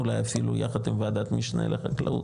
אולי אפילו יחד עם וועדת משנה לחקלאות,